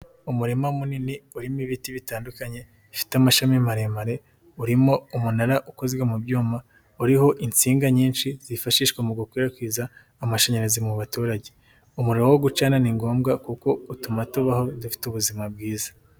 Umurima munini urimo ibiti bitandukanye bifite amashami maremare, urimo umunara ukozwe mu byuma, uriho insinga nyinshi zifashishwa mu gukwirakwiza amashanyarazi mu baturage. Umuriro wo gucana ni ngombwa kuko utuma tubaho dufite ubuzima bwiza.